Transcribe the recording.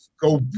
go